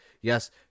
yes